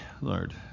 Lord